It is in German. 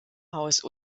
haus